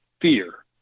fear